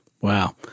Wow